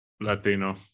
Latino